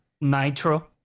nitro